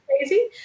crazy